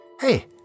Hey